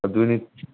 ꯑꯗꯨꯅꯤ